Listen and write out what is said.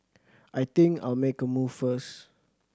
I think I'll make a move first